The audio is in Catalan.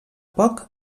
poc